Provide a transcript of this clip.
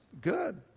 Good